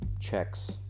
checks